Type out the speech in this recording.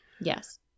Yes